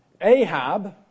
Ahab